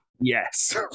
Yes